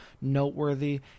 noteworthy